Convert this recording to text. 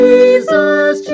Jesus